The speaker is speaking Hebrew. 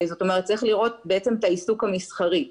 זאת אומרת צריך לראות את העיסוק המסחרי.